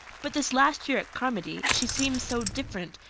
but this last year at carmody she seems so different.